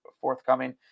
forthcoming